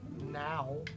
now